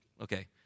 okay